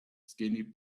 skinny